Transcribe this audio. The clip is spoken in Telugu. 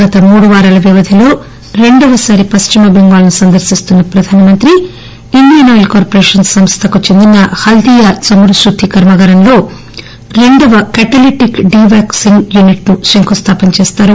గత మూడు వారాల వ్యవధిలో రెండవసారి పశ్చిమబెంగాల్ సందర్శిస్తున్న ప్రధానమంత్రి ఇండియన్ ఆయిల్ సంస్థ కు చెందిన హల్దీయా చమురు శుద్ది కర్మాగారంలో రెండవ కేటలీటిక్ డి వ్యాక్సింగ్ యూనిట్ ను శంకుస్థాపన చేస్తారు